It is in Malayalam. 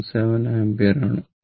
727 ആമ്പിയർ ആണ്